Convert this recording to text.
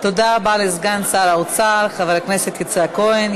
תודה רבה לסגן שר האוצר חבר הכנסת יצחק כהן.